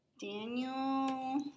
Daniel